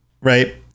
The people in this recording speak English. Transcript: Right